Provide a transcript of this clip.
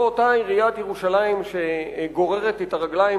זו אותה עיריית ירושלים שגוררת את הרגליים